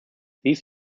these